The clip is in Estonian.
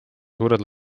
suured